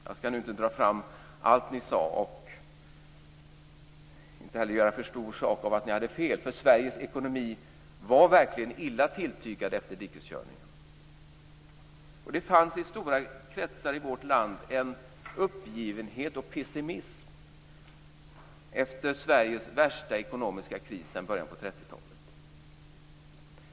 Jag skall inte dra fram allt som ni sade, och inte heller göra för stor sak av att ni hade fel. Sveriges ekonomi var verkligen illa tilltygad efter dikeskörningen. En uppgivenhet och en pessimism fanns i stora kretsar i vårt land efter Sveriges värsta ekonomiska kris sedan början av 30-talet.